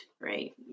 right